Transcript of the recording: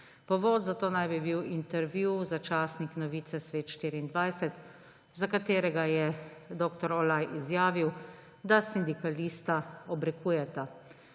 Povod za to naj bi bil intervju za časnik Novice Svet 24, za katerega je dr. Olaj izjavil, da sindikalista obrekujeta.